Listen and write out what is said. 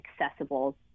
accessible